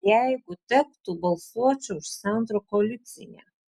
jeigu tektų balsuočiau už centro koaliciją